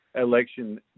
election